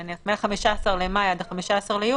נניח מה-15 במאי עד ה-1 ביוני,